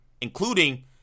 including